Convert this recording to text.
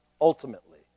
ultimately